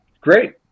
Great